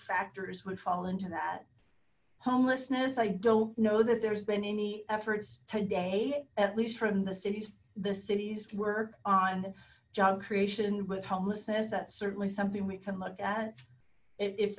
factors would fall into that homelessness i don't know that there's been any efforts today at least from the cities the cities work on job creation with homelessness that's certainly something we can look at i